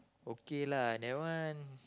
okay lah that one